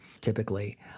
typically